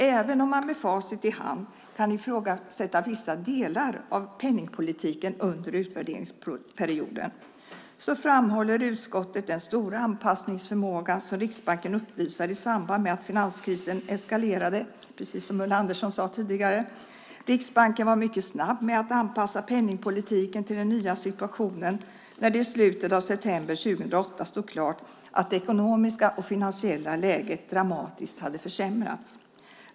Även om man med facit i hand kan ifrågasätta vissa delar av penningpolitiken under utvärderingsperioden framhåller utskottet den stora anpassningsförmåga som Riksbanken uppvisade i samband med att finanskrisen eskalerade, precis som Ulla Andersson sade tidigare. Riksbanken var mycket snabb med att anpassa penningpolitiken till den nya situationen när det i slutet av september 2008 stod klart att det ekonomiska och finansiella läget dramatiskt hade försämrats.